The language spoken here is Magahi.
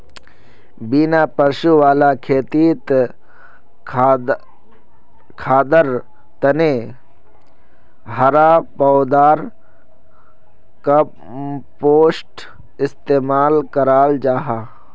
बिना पशु वाला खेतित खादर तने हरा पौधार कम्पोस्ट इस्तेमाल कराल जाहा